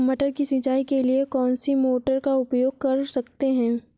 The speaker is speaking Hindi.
मटर की सिंचाई के लिए कौन सी मोटर का उपयोग कर सकते हैं?